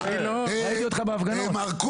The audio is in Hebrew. ראיתי אותך בהפגנות.